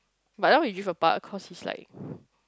but now we drift away cause he's like